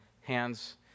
Hands